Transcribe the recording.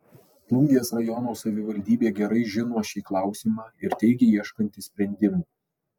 plungės rajono savivaldybė gerai žino šį klausimą ir teigia ieškanti sprendimų